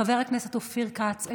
חבר הכנסת אופיר כץ,